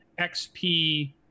XP